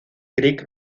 creek